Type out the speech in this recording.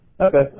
Okay